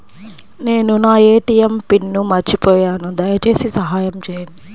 నేను నా ATM pin మర్చిపోయాను దయచేసి సహాయం చేయండి